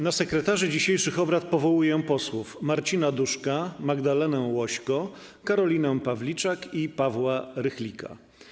Na sekretarzy dzisiejszych obrad powołuję posłów Marcina Duszka, Magdalenę Łośko, Karolinę Pawliczak i Pawła Rychlika.